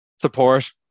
support